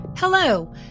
Hello